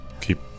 Keep